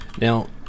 now